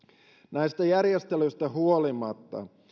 näistä järjestelyistä huolimatta